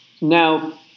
Now